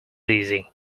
easy